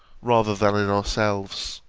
rather than in ourselves